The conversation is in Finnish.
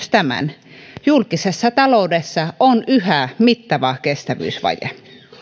tämän julkisessa taloudessa on yhä mittava kestävyysvaje